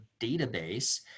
database